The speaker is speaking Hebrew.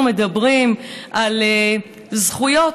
אנחנו מדברים על זכויות,